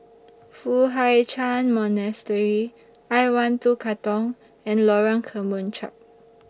Foo Hai Ch'An Monastery I one two Katong and Lorong Kemunchup